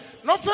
no